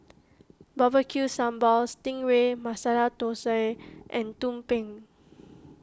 B B Q Sambal Sting Ray Masala Thosai and Tumpeng